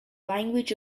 language